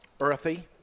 Earthy